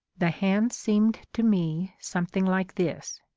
the hands seemed to me something like this.